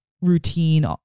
routine